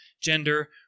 gender